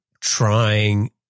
trying